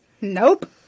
Nope